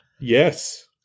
yes